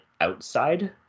outside